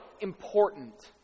important